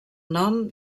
nom